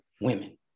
women